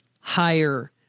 higher